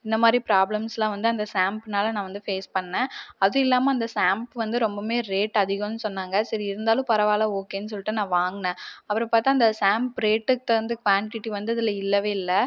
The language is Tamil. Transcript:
இந்த மாதிரி ப்ராப்லம்ஸ்லாம் வந்து அந்த ஷாம்ப்னால நான் வந்து ஃபேஸ் பண்ணேன் அது இல்லாமல் அந்த ஷாம்ப் வந்து ரொம்பவுமே ரேட் அதிகன்னு சொன்னாங்க சரி இருந்தாலும் பரவாயில்லை ஓகேன்னு சொல்லிட்டு நான் வாங்கினேன் அப்புறம் பார்த்தா அந்த ஷாம்ப் ரேட்டுக்கு தகுந்த குவான்டிட்டி வந்து அதில் இல்லவே இல்லை